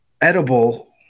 edible